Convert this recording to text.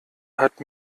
hat